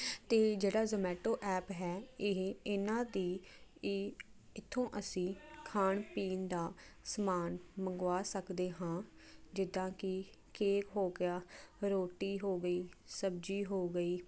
ਅਤੇ ਜਿਹੜਾ ਜੋਮੈਟੋ ਐਪ ਹੈ ਇਹ ਇਹਨਾਂ ਦੀ ਇਹ ਇੱਥੋਂ ਅਸੀਂ ਖਾਣ ਪੀਣ ਦਾ ਸਮਾਨ ਮੰਗਵਾ ਸਕਦੇ ਹਾਂ ਜਿੱਦਾਂ ਕਿ ਕੇਕ ਹੋ ਗਿਆ ਰੋਟੀ ਹੋ ਗਈ ਸਬਜ਼ੀ ਹੋ ਗਈ